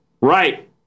right